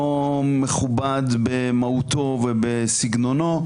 לא מכובד במהותו ובסגנונו,